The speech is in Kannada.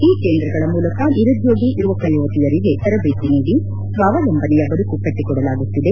ಈ ಕೇಂದ್ರಗಳ ಮೂಲಕ ನಿರುದ್ದೋಗಿ ಯವಕ ಯುವತಿಯರಿಗೆ ತರಬೇತಿ ನೀಡಿ ಸ್ವಾವಲಂಬನೆಯ ಬದುಕು ಕಟ್ಟಿಕೊಡಲಾಗುತ್ತಿದೆ